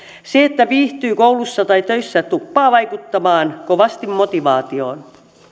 se että viihtyy koulussa tai töissä tuppaa vaikuttamaan kovasti motivaatioon